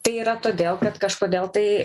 tai yra todėl kad kažkodėl tai